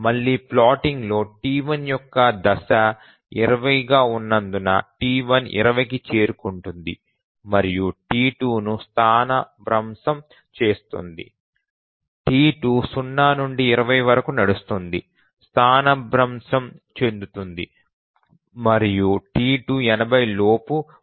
మళ్ళీ ప్లాటింగ్లో T1 యొక్క దశ 20గా ఉన్నందున T1 20 కి చేరుకుంటుంది మరియు T2ను స్థానభ్రంశం చేస్తుంది T2 0 నుండి 20 వరకు నడుస్తుంది స్థానభ్రంశం చెందుతుంది మరియు T2 80 లోపు పూర్తి అవుతుందని మనము కనుగొన్నాము